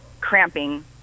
cramping